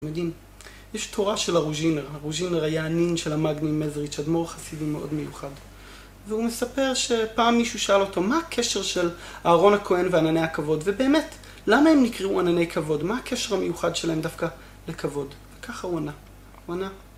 מדהים, יש תורה של ארוז'ינר, ארוז'ינר היה הנין של המגנים מזריץ' אדמור חסידים מאוד מיוחד. והוא מספר שפעם מישהו שאל אותו מה הקשר של אהרון הכהן וענני הכבוד? ובאמת, למה הם נקראו ענני כבוד? מה הקשר המיוחד שלהם דווקא לכבוד? וככה הוא ענה. הוא ענה...